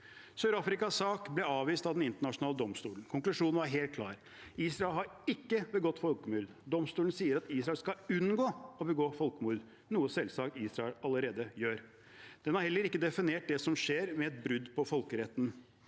Sør-Afrikas sak ble avvist av Den internasjonale domstolen. Konklusjonen var helt klar: Israel har ikke begått folkemord. Domstolen sier at Israel skal unngå å begå folkemord, noe Israel selvsagt allerede gjør. Den har heller ikke definert det som skjer, som et brudd på folkeretten.